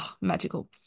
magical